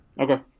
Okay